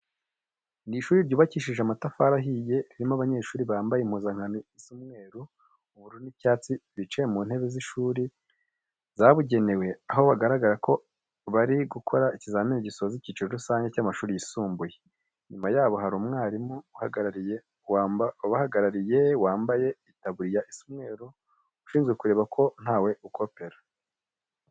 Ni ishuri ryubakishije amatafari ahiye, ririmo abanyeshuri bambaye impuzankano isa umweru, ubururu n'icyatsi. Bicaye mu ntebe z'ishuri zabugenewe aho bigaragara ko bari gukora ikizamini gizoza icyiciro rusange cy'amashuri yisumbuye. Inyuma yabo hari umwarimu ubahagarariye wambaye itaburiya isa umweru ushinzwe kureba ko ntawe ukopera.